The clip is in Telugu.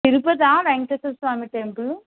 తిరుపతా వేంకరేశ్వర స్వామి టెంపులు